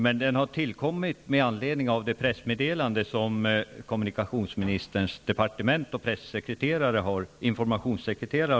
Men den har tillkommit med anledning av det pressmeddelande som har utformats på kommunikationsministerns departement av hans informationssekreterare.